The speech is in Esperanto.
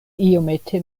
iomete